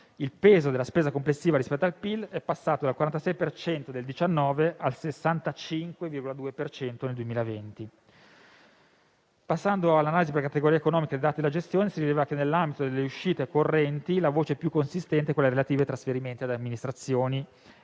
Il peso della spesa complessiva rispetto al PIL è passato dal 46 per cento del 2019 al 65,2 per cento del 2020. Passando all'analisi per categoria economica dei dati della gestione, si rileva che, nell'ambito delle uscite correnti, la voce più consistente è quella relativa ai trasferimenti ad amministrazioni pubbliche,